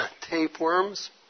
tapeworms